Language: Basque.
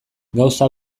gauza